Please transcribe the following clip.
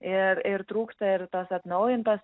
ir ir trūksta ir tos atnaujintos